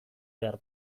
behar